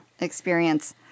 experience